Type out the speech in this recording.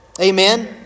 Amen